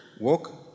Walk